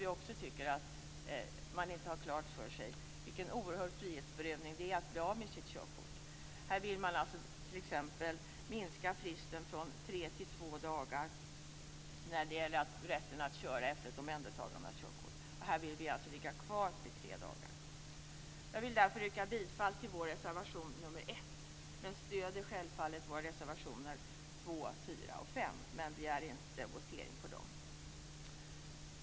Vi tror inte att regeringen har klart för sig att det upplevs som en oerhört stor inskränkning i friheten att bli fråntagen körkortet. Man vill t.ex. minska fristen från tre till två dagar när det gäller rätten att köra efter ett omhändertagande av körkortet. Vi vill ligga kvar vid tre dagar. Jag vill därför yrka bifall till vår reservation nr 1. Jag stöder självfallet våra reservationer 2, 4 och 5, men jag begär inte votering om dem.